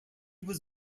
was